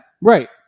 right